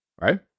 Right